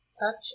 Touch